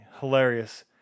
hilarious